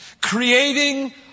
Creating